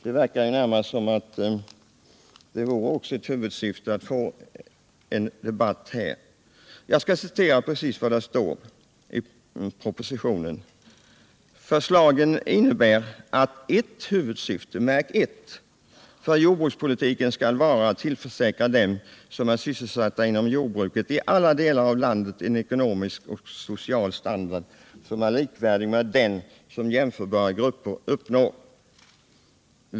Det verkar närmast som om det vore ett huvudsyfte att få en debatt på den punkten. Jag skall citera vad som står i propositionen. Där sägs: ”Förslagen innebär att ett huvudsyfte för jordbrukspolitiken skall vara att tillförsäkra dem som är sysselsatta inom jordbruket i alla delar av landet en ekonomisk och social standard som är likvärdig med den som jämförbara grupper uppnår.